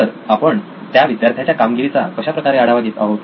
तर आपण त्या विद्यार्थ्याच्या कामगिरीचा कशाप्रकारे आढावा घेत आहोत